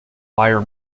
wire